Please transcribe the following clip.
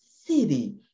city